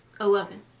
eleven